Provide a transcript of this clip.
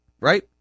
right